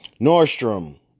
Nordstrom